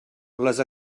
les